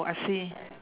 oh I see